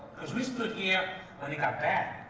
because we stood here when it got bad.